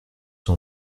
sont